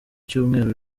cyumweru